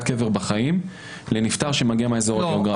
קבר בחיים לנפטר שמגיע מהאזור הגיאוגרפי.